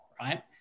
right